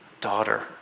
Daughter